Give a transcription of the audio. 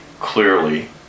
clearly